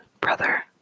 Brother